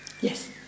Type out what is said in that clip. Yes